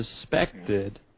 suspected